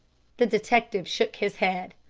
the detective shook his head.